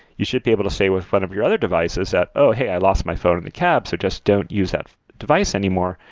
you should be able to say with front of your other devices that, oh, hey. i lost my phone in the cab, so just don't use that device anymore.